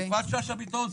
יפעת שאשא ביטון,